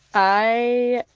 i